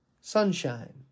Sunshine